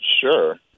sure